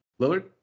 Lillard